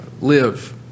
live